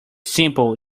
simple